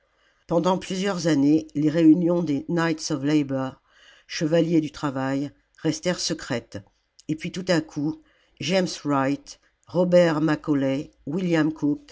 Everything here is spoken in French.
pendant plusieurs années les réunions des knights of labour chevaliers du travail restèrent secrètes puis tout à coup james wright robert macauley villiam